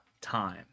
time